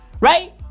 Right